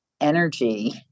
energy